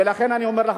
ולכן אני אומר לך,